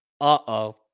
Uh-oh